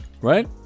Right